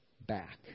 back